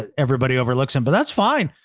everybody overlooks them, but that's fine.